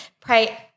pray